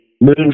moon